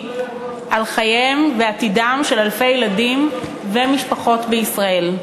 על חייהם ועתידם של אלפי ילדים ומשפחות בישראל.